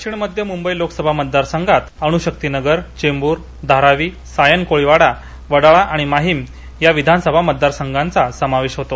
दक्षिण मध्य मुंबई लोकसभा मतदार संघात अणुशक्ती नगर चेंबूर धारावी सायन कोळीवाडा वडाळा आणि माहीम या विधानसभा मतदारसंघाचा समावेश होतो